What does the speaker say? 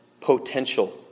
potential